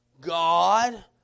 God